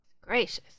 Gracious